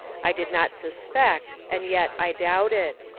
i did not suspect, and yet, i doubted.